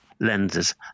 lenses